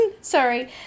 Sorry